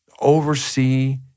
oversee